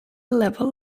level